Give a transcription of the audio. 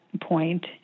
point